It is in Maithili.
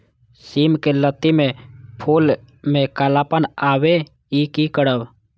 सिम के लत्ती में फुल में कालापन आवे इ कि करब?